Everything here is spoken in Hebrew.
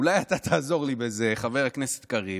אולי אתה תעזור לי בזה, חבר הכנסת קריב,